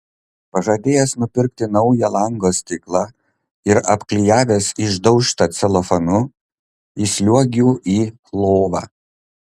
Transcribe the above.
pažadėjęs nupirkti naują lango stiklą ir apklijavęs išdaužtą celofanu įsliuogiu į lovą